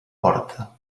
porta